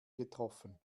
getroffen